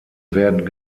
werden